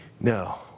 No